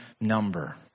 number